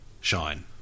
shine